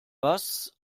was